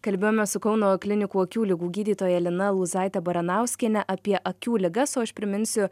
kalbėjome su kauno klinikų akių ligų gydytoja lina alūzaite baranauskiene apie akių ligas o aš priminsiu